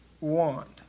want